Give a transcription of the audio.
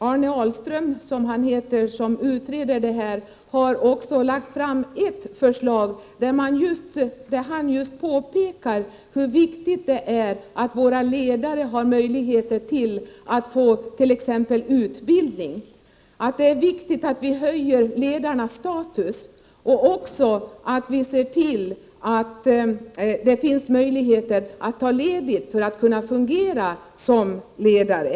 Arne Ahlström, som utredaren heter, har också lagt fram ett förslag, där han påpekar hur viktigt det är att våra ledare har möjligheter att t.ex. få utbildning, att det är viktigt att vi höjer ledarnas status och även att vi ser till att det finns möjligheter att ta ledigt för att kunna fungera som ledare.